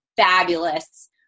fabulous